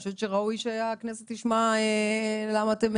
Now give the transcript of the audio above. אני חושבת שראוי שהכנסת תשמע למה אתם